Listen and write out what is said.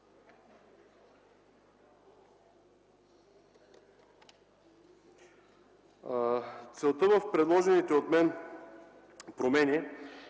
Целта на предложените от мен промени е